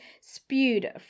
spewed